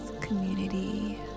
community